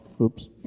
Oops